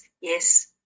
Yes